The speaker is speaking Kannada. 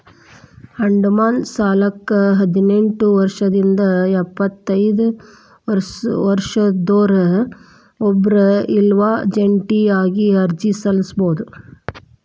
ಅಡಮಾನ ಸಾಲಕ್ಕ ಹದಿನೆಂಟ್ ವರ್ಷದಿಂದ ಎಪ್ಪತೈದ ವರ್ಷದೊರ ಒಬ್ರ ಇಲ್ಲಾ ಜಂಟಿಯಾಗಿ ಅರ್ಜಿ ಸಲ್ಲಸಬೋದು